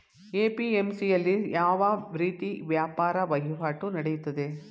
APMC ಯಲ್ಲಿ ಯಾವ ರೀತಿ ವ್ಯಾಪಾರ ವಹಿವಾಟು ನೆಡೆಯುತ್ತದೆ?